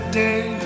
day